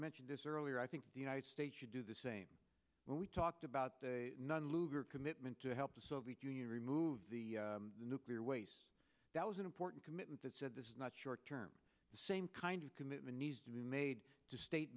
mentioned this earlier i think the united states should do the same when we talked about the nun luger commitment to help the soviet union remove the nuclear waste that was an important commitment that said this is not short term the same kind of commitment to be made to state